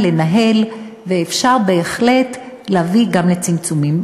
לנהל ואפשר בהחלט להביא גם לצמצומים.